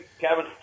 Kevin